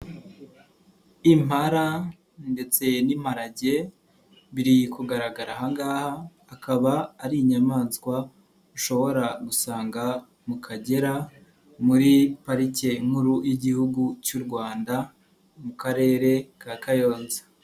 Impara ndetse n'imparage biri kugaragara aha ngaha akaba ari inyamaswa ishobora gusanga mu Kagera muri parike nkuru y'Igihugu cy'u Rwanda mu Karere ka Kayonza.